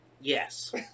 yes